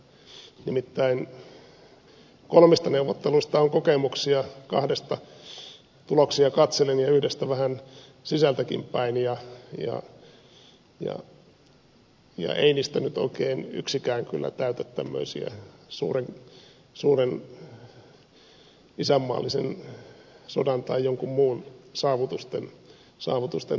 nimittäin kolmista neuvotteluista on kokemuksia kahdesta tuloksia katselin ja yhdestä vähän sisältäkin päin ja ei niistä nyt oikein yksikään kyllä täytä tämmöisiä suuren isänmaallisen sodan tai jonkin muun saavutusten kategoriaa